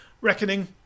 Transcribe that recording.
Reckoning